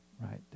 right